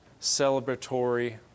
celebratory